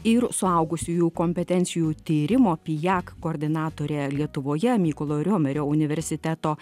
ir suaugusiųjų kompetencijų tyrimo pijak koordinatore lietuvoje mykolo riomerio universiteto